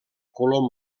color